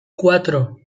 cuatro